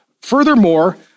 Furthermore